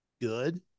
good